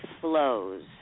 flows